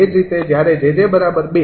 એ જ રીતે જ્યારે 𝑗𝑗૨ બરાબર છે